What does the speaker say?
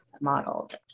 modeled